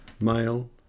male